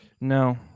No